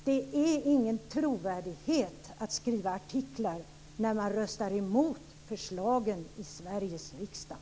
Det ger ingen trovärdighet att skriva artiklar när man röstar emot förslagen i Sveriges riksdag.